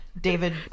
David